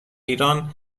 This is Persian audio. ایران